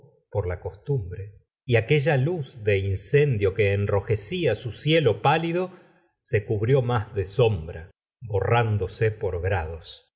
por la costumbre y aquella luz de incendio que enrojecía su cielo pálido se cubrió más de sombra borrándose por grados